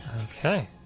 Okay